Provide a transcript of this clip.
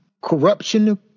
corruption